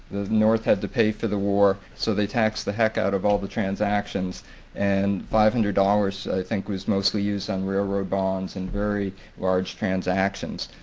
the north had to pay for the war so they tax the heck out of all the transactions and five hundred dollars, i think, was mostly used on railroad bonds and very large transactions.